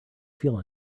feel